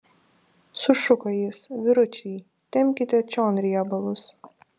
sušuko jis vyručiai tempkite čion riebalus